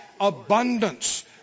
abundance